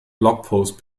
blogpost